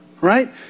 Right